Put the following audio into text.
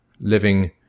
living